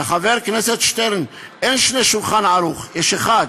וחבר הכנסת שטרן, אין שני "שולחן ערוך", יש אחד.